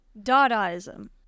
dadaism